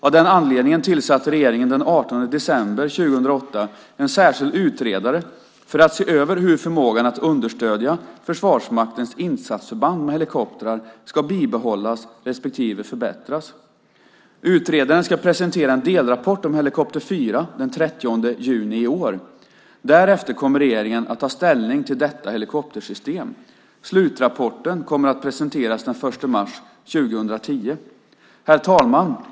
Av den anledningen tillsatte regeringen den 18 december 2008 en särskild utredare för att se över hur förmågan att understödja Försvarsmaktens insatsförband med helikoptrar ska bibehållas respektive förbättras. Utredaren ska presentera en delrapport om helikopter 4 den 30 juni i år. Därefter kommer regeringen att ta ställning till detta helikoptersystem. Slutrapporten kommer att presenteras den 1 mars 2010. Herr talman!